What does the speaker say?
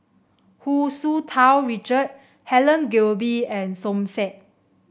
Hu Tsu Tau Richard Helen Gilbey and Som Said